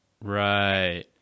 right